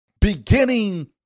Beginning